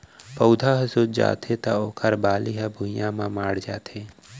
पउधा ह सूत जाथे त ओखर बाली ह भुइंया म माढ़ जाथे